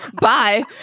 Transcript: Bye